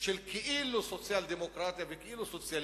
של כאילו סוציאל-דמוקרטיה וכאילו סוציאליזם,